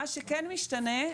מה שכן משתנה,